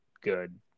good